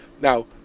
Now